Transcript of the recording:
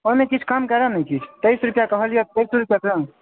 ओहिमे किछु कम करऽ ने किछु तेइस रुपैए कहलिअऽ तेइसे रुपैए दए ने